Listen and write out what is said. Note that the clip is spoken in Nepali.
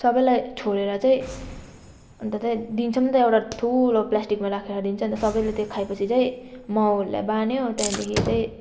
सबैलाई छोडेर चाहिँ अन्त चाहिँ दिन्छ नि त एउटा ठुलो प्लास्टिकमा राखेर दिन्छ अन्त सबैले त्यो खाए पछि चाहिँ माउहरूलाई बान्यो त्यहाँदेखि चाहिँ